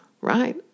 right